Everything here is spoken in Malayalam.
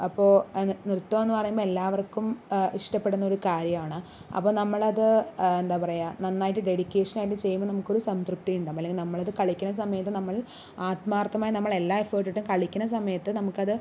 അപ്പോൾ നിർത്തോന്ന് പറയുമ്പോൾ എല്ലാവർക്കും ഇഷ്ടപ്പെടുന്ന ഒരു കാര്യമാണ് അപ്പോൾ നമ്മളത് എന്താ പറയുക നന്നായിട്ട് ഡെഡിക്കേഷനായിട്ട് ചെയ്യുമ്പോൾ നമുക്കൊരു സംതൃപ്തി ഉണ്ടാകും അല്ലെങ്കിൽ നമ്മൾ അത് കളിക്കുന്ന സമയത്ത് നമ്മൾ ആത്മാർത്ഥമായി നമ്മൾ എല്ലാ എഫ്ഫർട്ടിട്ടും കളിക്കണ സമയത്ത് നമുക്കത്